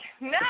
No